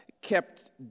kept